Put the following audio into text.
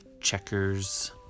Checkers